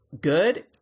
good